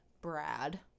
Brad